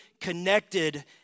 connected